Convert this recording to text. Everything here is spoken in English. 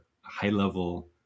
high-level